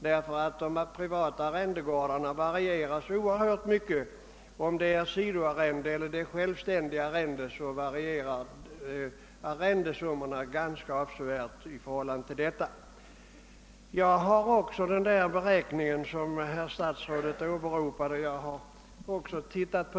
De varierar avsevärt för de privata arrendena, beroende på om det är sidoarrende eller självständigt arrende. Även jag har granskat den beräkning som statsrådet åberopade.